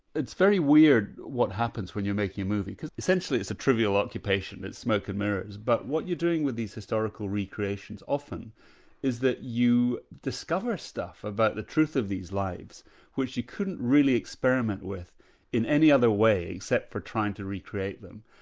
it's very weird, what happens when you're making a movie, because essentially it's a trivial occupation, it's smoke and mirrors, but what you're doing with these historical recreations often is that you discover stuff about the truth of these lives which you couldn't really experiment with in any other way except for trying to recreate them,